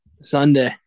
Sunday